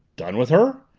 done with her?